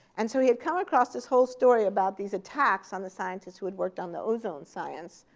and so he had come across this whole story about these attacks on the scientists who had worked on the ozone science.